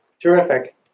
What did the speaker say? Terrific